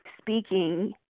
speaking